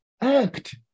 act